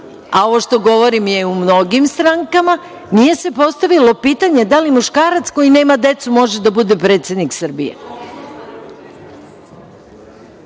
a ovo što govorim je u mnogim strankama, nije se postavilo pitanje da li muškarac koji nema decu može da bude predsednik Srbije?